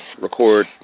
record